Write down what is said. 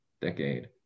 decade